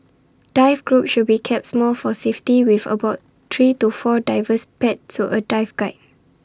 dive groups should be kept small for safety with about three to four divers paired to A dive guide